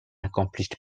accomplished